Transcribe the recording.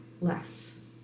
less